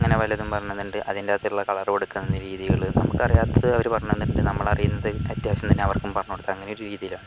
അങ്ങനെ പലതും പറഞ്ഞു തന്നിട്ടുണ്ട് അതിൻ്റെ അകത്തുള്ള കളർ കൊടുക്കാവുന്ന രീതികൾ നമുക്ക് അറിയാത്തത് അവർ പറഞ്ഞു തന്നിട്ടുണ്ട് നമ്മൾ അറിയുന്നത് അത്യാവശ്യം തന്നെ അവർക്കും പറഞ്ഞു കൊടുത്ത് അങ്ങനെ ഒരു രീതിയിലാണ്